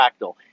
fractal